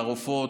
לרופאות,